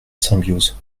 symbiose